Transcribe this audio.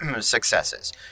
successes